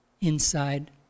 inside